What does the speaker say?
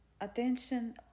attention